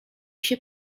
się